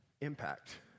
Impact